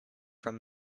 from